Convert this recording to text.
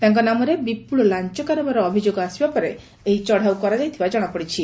ତାଙ୍କ ନାମରେ ବିପୁଳ ଲାଅ କାରବାର ଅଭିଯୋଗ ଆସିବା ପରେ ଏହି ଚଢ଼ଉ କରାଯାଇଥିବା ଜଣାପଡ଼ିଛି